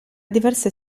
diverse